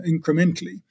incrementally